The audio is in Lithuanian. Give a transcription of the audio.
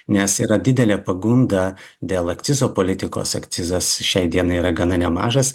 nes yra didelė pagunda dėl akcizo politikos akcizas šiai dienai yra gana nemažas